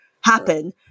happen